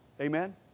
Amen